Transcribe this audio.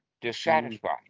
dissatisfied